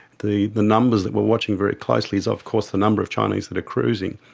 the the numbers that we are watching very closely is of course the number of chinese that are cruising,